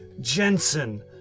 Jensen